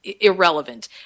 irrelevant